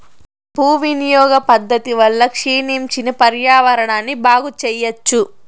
భూ వినియోగ పద్ధతి వల్ల క్షీణించిన పర్యావరణాన్ని బాగు చెయ్యచ్చు